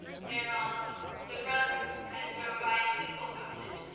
thereon the brethren, as though by a single movement,